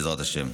בעזרת השם.